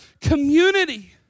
community